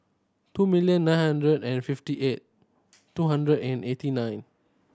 two million nine hundred and fifty eight two hundred and eighty nine